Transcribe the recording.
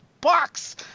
box